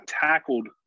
tackled